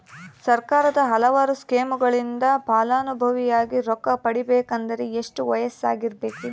ಸರ್ಕಾರದ ಹಲವಾರು ಸ್ಕೇಮುಗಳಿಂದ ಫಲಾನುಭವಿಯಾಗಿ ರೊಕ್ಕ ಪಡಕೊಬೇಕಂದರೆ ಎಷ್ಟು ವಯಸ್ಸಿರಬೇಕ್ರಿ?